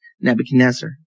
Nebuchadnezzar